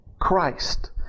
Christ